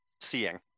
seeing